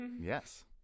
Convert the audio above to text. yes